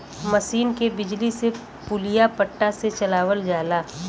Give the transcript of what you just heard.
मसीन के बिजली से पुलिया पट्टा से चलावल जाला